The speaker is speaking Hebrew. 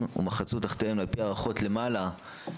ומחצו תחתיהן על פי ההערכות יותר מ-20,000